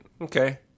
Okay